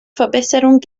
verbesserung